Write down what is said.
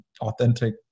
authentic